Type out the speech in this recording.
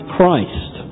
Christ